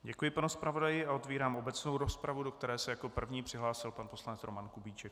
Děkuji panu zpravodaji a otevírám obecnou rozpravu, do které se jako první přihlásil pan poslanec Roman Kubíček.